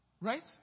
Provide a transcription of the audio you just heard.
right